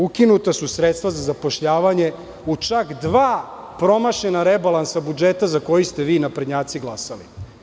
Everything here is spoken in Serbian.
Ukinuta su sredstva za zapošljavanje u čak dva promašena rebalansa budžeta za koji ste vi, naprednjaci, glasali.